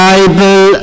Bible